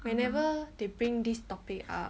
whenever they bring this topic ah